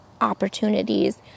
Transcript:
opportunities